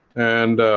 and